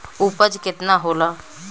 उपज केतना होला?